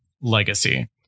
Legacy